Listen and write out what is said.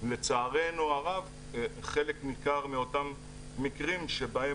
לצערנו הרב חלק ניכר מאותם מקרים שבהם